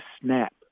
snap